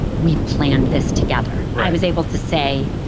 we planned this together. right. i was able to say,